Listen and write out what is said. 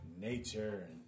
nature